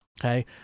okay